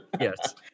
Yes